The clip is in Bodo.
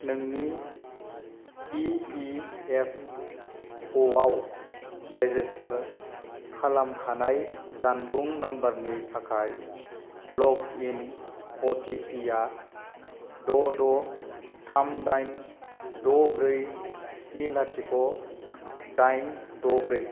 नोंनि इ पि एफ अ आव रेजिस्टार खालामखानाय जानबुं नम्बरनि थाखाय log in O T P आ द द थाम दाइन द' ब्रै स्नि लाथिख' दाइन द ब्रै